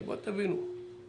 בואו תבינו.